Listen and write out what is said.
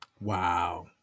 Wow